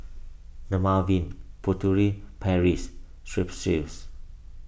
Dermaveen Furtere Paris Strepsils